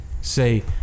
say